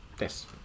Yes